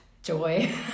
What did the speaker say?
joy